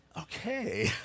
okay